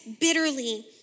bitterly